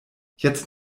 jetzt